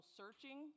searching